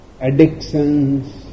addictions